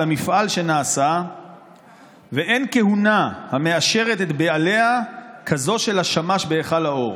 המפעל שנעשה ואין כהונה המאשרת את בעליה כזו של השמש בהיכל האור".